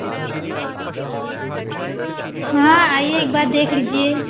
हाँ आईए एक बार देख लीजिए